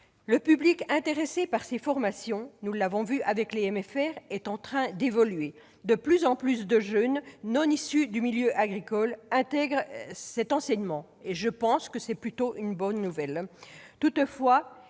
Le public intéressé par ces formations- nous l'avons vu avec les MFR -est en train de changer. De plus en plus de jeunes qui ne sont pas issus du milieu agricole intègrent cet enseignement. Il s'agit plutôt d'une bonne nouvelle.